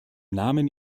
namen